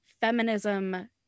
feminism